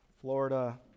Florida